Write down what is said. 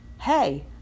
Hey